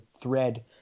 thread